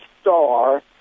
star